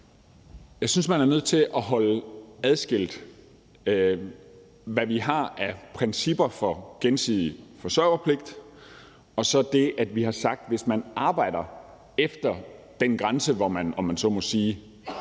Jeg synes, at vi er nødt til at holde adskilt, hvad vi har af principper for gensidig forsørgerpligt, og så det, at vi har sagt, at hvis man arbejder efter den grænse, hvor man, om jeg så må sige,